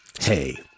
Hey